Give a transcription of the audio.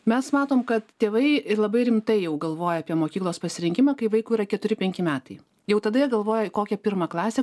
mes matom kad tėvai ir labai rimtai jau galvoja apie mokyklos pasirinkimą kai vaikui yra keturi penki metai jau tada jie galvoja į kokią pirmą klasę